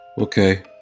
Okay